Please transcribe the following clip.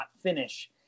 finish